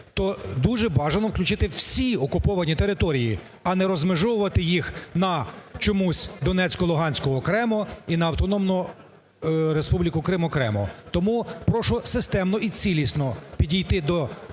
дуже бажано включити всі окуповані території, а не розмежовувати їх чомусь на Донецьку-Луганську окремо і на Автономну Республіку Крим окремо. Тому прошу системно і цілісно підійти до побудови